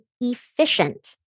efficient